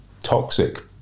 toxic